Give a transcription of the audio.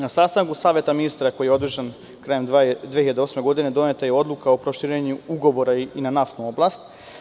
Na sastanku Saveta ministara, koji je održan krajem 2008. godine, doneta je Odluka o proširenju ugovora i na naftnu oblast.